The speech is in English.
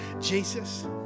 Jesus